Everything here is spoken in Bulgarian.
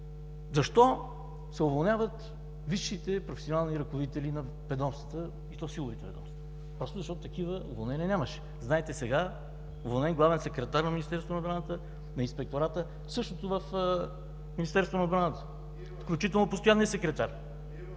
защо се уволняват висшите професионални ръководители на ведомствата, и то силовите ведомства. Просто, защото такива уволнения нямаше. Знаете, сега – уволнен главен секретар на Министерството на вътрешните работи, на Инспектората. Същото – в Министерството на отбраната. Включително постоянният секретар.